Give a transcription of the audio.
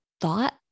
thought